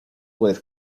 puede